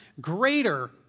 greater